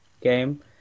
game